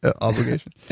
obligation